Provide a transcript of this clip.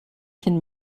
can